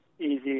easy